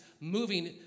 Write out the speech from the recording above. moving